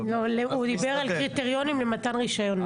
הוא דיבר על קריטריונים למתן רישיון.